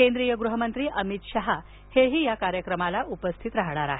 केंद्रीय गृहमंत्री अमित शहादेखील या कार्यक्रमाला उपस्थित राहणार आहेत